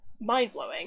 mind-blowing